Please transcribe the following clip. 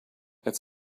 it’s